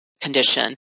condition